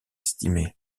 estimer